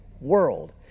world